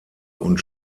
und